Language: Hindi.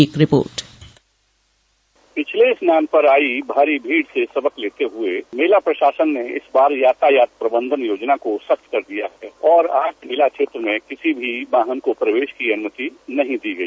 एक रिपोर्ट पिछले स्नान पर आई भारी भीड़ से सबक लेते हुए मेला प्रशासन ने इस बार यातायात प्रबंधन योजना को सख्त कर दिया है और मेला क्षेत्र में किसी भी वाहन को प्रवेश की अनुमति नहीं दी गई